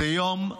זה יום, אני